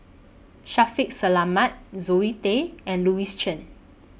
Shaffiq Selamat Zoe Tay and Louis Chen